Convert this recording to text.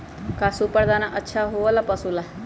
का सुपर दाना अच्छा हो ला पशु ला?